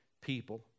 people